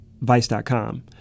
vice.com